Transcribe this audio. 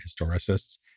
historicists